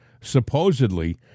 Supposedly